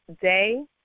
day